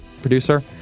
producer